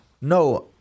No